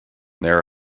their